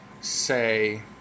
say